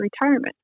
retirement